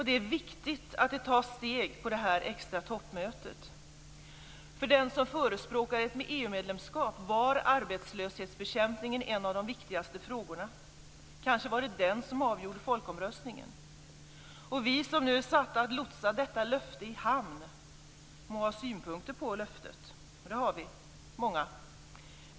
Det är viktigt att det tas steg på det extra toppmötet. För den som förespråkade ett EU-medlemskap var arbetslöshetsbekämpningen en av de viktigaste frågorna. Kanske var det den som avgjorde folkomröstningen. Vi som nu är satta att lotsa detta löfte i hamn må ha synpunkter på löftet. Det har vi - många.